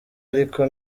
ariko